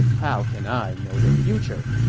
how can i know the future?